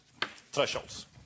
thresholds